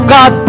God